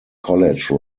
college